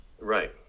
Right